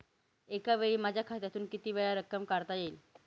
एकावेळी माझ्या खात्यातून कितीवेळा रक्कम काढता येईल?